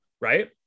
right